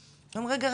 הם אומרים רגע,